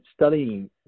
studying